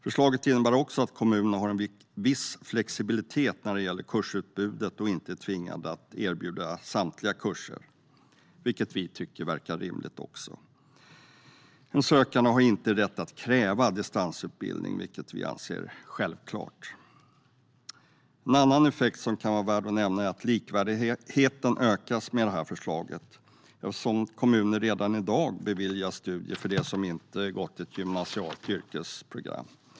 Förslaget innebär också att kommunerna har en viss flexibilitet när det gäller kursutbudet och att de inte är tvingade att erbjuda samtliga kurser, vilket vi tycker verkar rimligt. En sökande har inte rätt att kräva distansutbildning, vilket vi anser vara självklart. En annan effekt som kan vara värd att nämna är att likvärdigheten ökas med detta förslag eftersom kommuner redan i dag beviljar studier för dem som inte har gått ett gymnasialt yrkesprogram.